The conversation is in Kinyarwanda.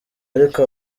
ariko